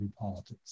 Politics